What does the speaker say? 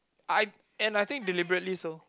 I and I think deliberately so